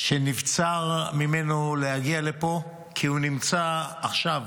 שנבצר ממנו להגיע לפה, כי הוא נמצא עכשיו